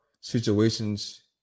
situations